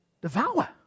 Devour